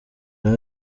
yari